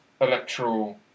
electoral